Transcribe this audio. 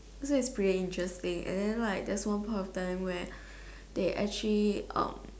that's why it was pretty interesting and then like there was one point of time where they actually um